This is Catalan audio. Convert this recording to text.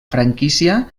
franquícia